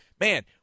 man –